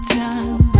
time